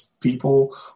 people